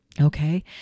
Okay